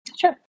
Sure